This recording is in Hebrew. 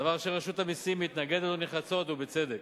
דבר אשר רשות המסים מתנגדת לו נחרצות, ובצדק: